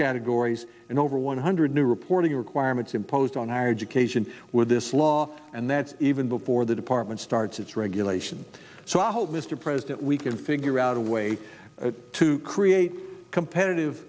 categories and over one hundred new reporting requirements imposed on higher education with this law and that's even before the department starts its regulation so i hope mr president we can figure out a way to create competitive